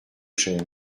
cher